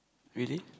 really